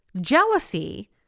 jealousy